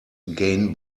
gain